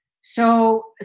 So-